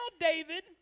David